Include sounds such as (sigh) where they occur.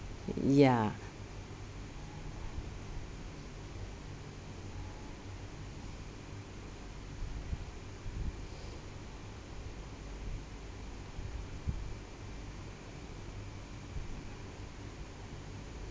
ya (breath)